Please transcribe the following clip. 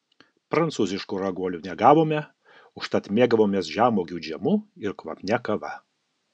prancūziškų raguolių negavome užtat mėgavomės žemuogių džemu ir kvapnia kava